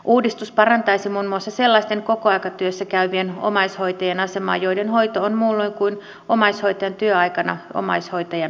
uudistus parantaisi muun muassa sellaisten kokoaikatyössä käyvien omaishoitajien asemaa joiden hoito on muulloin kuin omaishoitajan työaikana omaishoitajan vastuulla